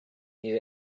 need